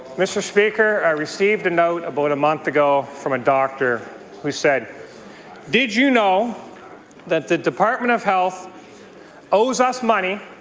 mr. speaker, i received a note about a month ago from a doctor who said did you know that the department of health owes us money,